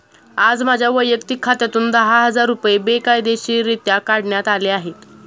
आज माझ्या वैयक्तिक खात्यातून दहा हजार रुपये बेकायदेशीररित्या काढण्यात आले आहेत